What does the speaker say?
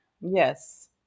Yes